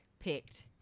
Picked